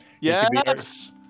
Yes